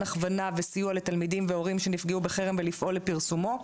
הכוונה וסיוע לתלמידים והורים שנפגעו בחרם ולפעול לפרסומו.